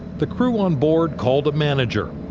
the crew on board called a manager.